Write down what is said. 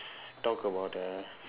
~s talk about the